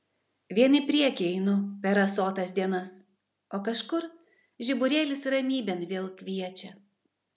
vien į priekį einu per rasotas dienas o kažkur žiburėlis ramybėn vėl kviečia